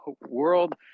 world